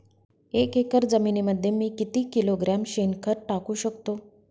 एक एकर जमिनीमध्ये मी किती किलोग्रॅम शेणखत टाकू शकतो?